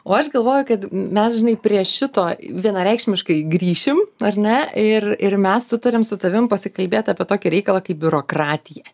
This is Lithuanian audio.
o aš galvoju kad mes žinai prie šito vienareikšmiškai grįšim ar ne ir ir mes sutarėm su tavim pasikalbėt apie tokį reikalą kaip biurokratija